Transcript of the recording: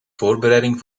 voorbereidingen